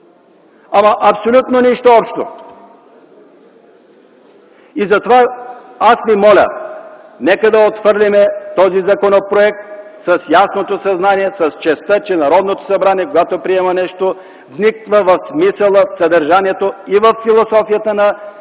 Абсолютно нищо общо! Затова ви моля да отхвърлим този законопроект с ясното съзнание, с честта, че Народното събрание, когато приема нещо, вниква в смисъла, в съдържанието и във философията на